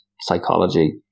psychology